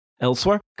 Elsewhere